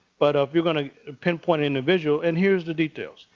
but if we're going to pinpoint individual, and here's the details.